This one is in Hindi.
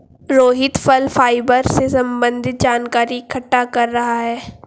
रोहित फल फाइबर से संबन्धित जानकारी इकट्ठा कर रहा है